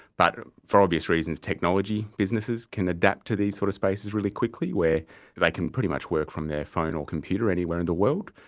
but for obvious reasons technology businesses can adapt to these sort of spaces really quickly, where they can pretty much work from their phone or computer anywhere in the world.